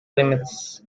limits